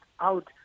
out